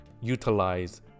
utilize